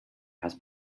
has